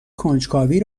کنجکاوی